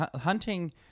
Hunting